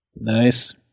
Nice